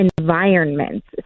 environments